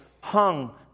hung